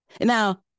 Now